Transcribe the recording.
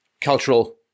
Cultural